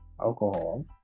alcohol